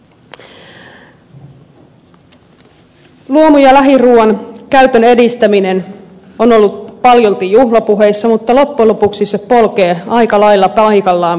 luomu ja lähiruuan käytön edistäminen on ollut paljolti juhlapuheissa mutta loppujen lopuksi se polkee vielä aika lailla paikallaan